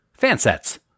Fansets